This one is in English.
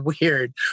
weird